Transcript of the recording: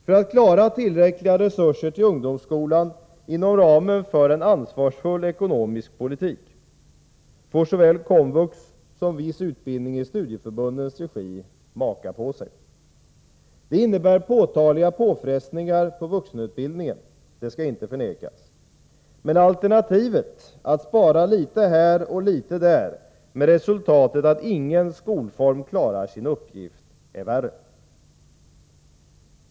För att klara tillräckliga resurser till ungdomsskolan inom ramen för en ansvarsfull ekonomisk politik får såväl komvux som viss utbildning i studieförbundens regi maka på sig. Det innebär påtagliga påfrestningar på vuxenutbildningen, det skall inte förnekas. Men alternativet — att spara litet här och litet där med resultatet att ingen skolform klarar sin uppgift — är värre.